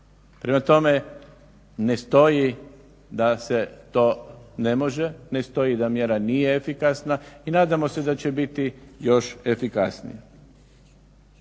Prema tome ne stoji da se to ne može, ne stoji da mjera nije efikasna i nadamo se da će biti još efikasnije.